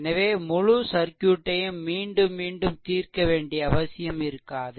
எனவே முழு சர்க்யூட்டையும் மீண்டும் மீண்டும் தீர்க்க வேண்டிய அவசியம் இருக்காது